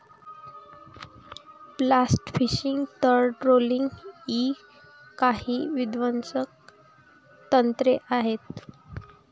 blast fishing, तळ trawling इ काही विध्वंसक तंत्रे आहेत